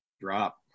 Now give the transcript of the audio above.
drop